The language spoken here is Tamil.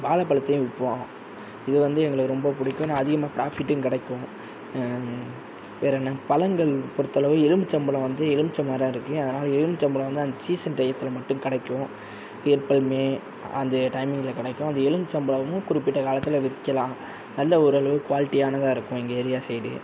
வாழைப்பழத்தையும் விற்போம் இது வந்து எங்களுக்கு ரொம்ப பிடிக்கும் ஆனால் அதிகமாக பிராஃபிட்டும் கிடைக்கும் வேறு என்ன பழங்கள் பொறுத்தளவு எலும்பிச்சம்பழம் வந்து எலுமிச்சை மரம் இருக்கு அதனால் எலுமிச்சம்பழம் வந்து அந்த சீசன் டையத்தில் மட்டும் கிடைக்கும் ஏப்ரல் மே அந்த டைமிங்கில் கிடைக்கும் அந்த எலுமிச்சம்பழமும் குறிப்பிட்ட காலத்தில் விற்கலாம் நல்ல ஓரளவு குவாலிட்டியானதாக இருக்கும் எங்கள் ஏரியா சைடு